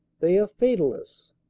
they are fatalists.